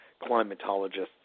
climatologists